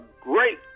great